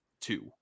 two